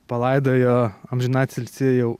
palaidojo amžinatilsį jau